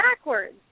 backwards